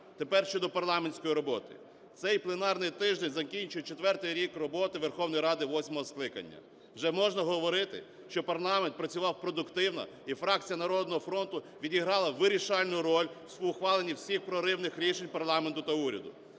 Тепер щодо парламентської роботи. Цей пленарний тиждень закінчує четвертий рік роботи Верховної Ради восьмого скликання. Вже можна говорити, що парламент працював продуктивно і фракція "Народного фронту" відіграла вирішальну роль в ухваленні всіх проривних рішень парламенту та уряду.